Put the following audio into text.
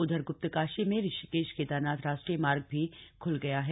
उधर ग्प्तकाशी में ऋषिकेश केदारनाथ राष्ट्रीय मार्ग भी खुल गया है